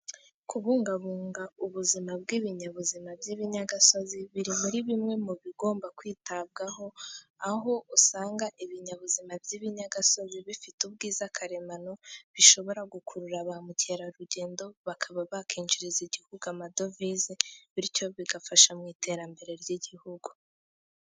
Kubungabunga ubuzima bw'ibinyabuzima by'ibinyagasozi , biri muri bimwe mu bigomba kwitabwaho, aho usanga ibinyabuzima by'ibinyagasozi bifite ubwiza karemano, bishobora gukurura ba mukerarugendo bakaba bakinjiriza igihugu amadovize, bityo bigafasha mu iterambere ry'igihugu